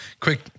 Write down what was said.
quick